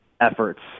efforts